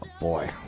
boy